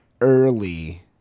early